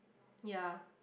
ya